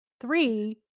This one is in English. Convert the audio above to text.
three